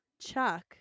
chuck